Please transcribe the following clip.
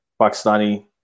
Pakistani